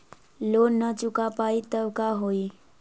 Loan न चुका पाई तब का होई?